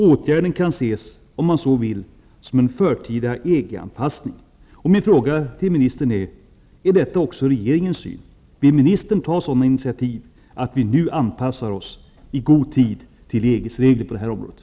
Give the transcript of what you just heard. Åtgärden kan ses, om man så vill, som en förtida EG-anpassning. Är detta också regeringens syn? Vill ministern ta sådana initiativ att Sverige i god tid anpassas till EG:s regler på det här området?